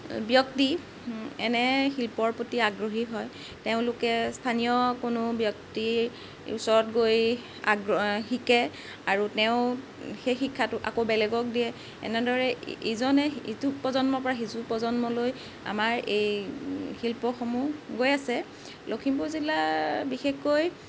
ব্যক্তি এনে শিল্পৰ প্ৰতি আগ্ৰহী হয় তেওঁলোকে স্থানীয় কোনো ব্যক্তি ওচৰত গৈ আগ্ৰহ শিকে আৰু তেওঁ সেই শিক্ষাটো আকৌ বেলেগক দিয়ে এনেদৰে ইজনে ইটো প্ৰজন্মৰ পৰা সিটো প্ৰজন্মলৈ আমাৰ এই শিল্পসমূহ গৈ আছে লখিমপুৰ জিলা বিশেষকৈ